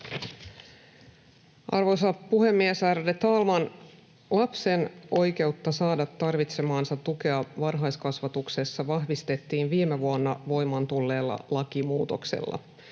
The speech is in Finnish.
Arvoisa puhemies, ärade talman! Lapsen oikeutta saada tarvitsemaansa tukea varhaiskasvatuksessa vahvistettiin viime vuonna voimaan tulleella lakimuutoksella.